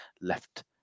left